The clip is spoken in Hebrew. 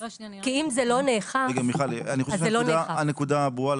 אני חושב שהנקודה ברורה.